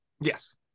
Yes